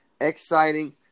exciting